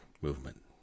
Movement